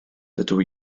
dydw